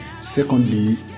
Secondly